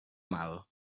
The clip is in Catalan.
mal